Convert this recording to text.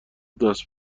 دست